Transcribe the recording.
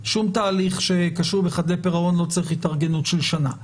שום תאריך שקשור לחדלי פירעון לא צריך התארגנות של שנה,